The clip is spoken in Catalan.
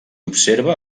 observa